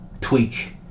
tweak